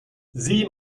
sieh